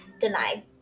denied